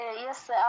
Yes